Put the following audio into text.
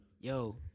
yo